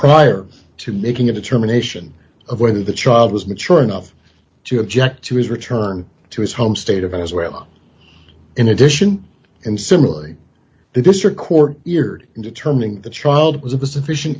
prior to making a determination of whether the child was mature enough to object to his return to his home state of venezuela in addition and similarly the district court years in determining the child was of the sufficient